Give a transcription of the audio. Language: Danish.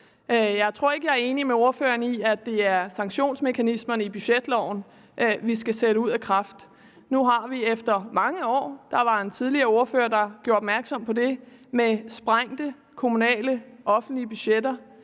Jeg tror ikke, at jeg er enig med ordføreren i, at det er sanktionsmekanismerne i budgetloven, vi skal sætte ud af kraft. Nu har vi efter mange år – der var en tidligere ordfører, der gjorde opmærksom på det – med sprængte kommunale offentlige budgetter